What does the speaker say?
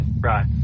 Right